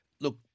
look